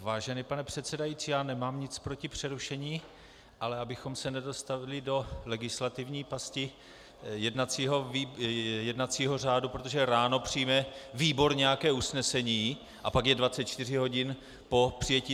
Vážený pane předsedající, já nemám nic proti přerušení, ale abychom se nedostali do legislativní pasti jednacího řádu, protože ráno přijme výbor nějaké usnesení a pak je 24 hodin po přijetí.